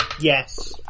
Yes